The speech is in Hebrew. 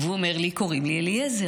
הוא אומר לי, קוראים לי אליעזר.